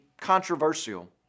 controversial